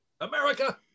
America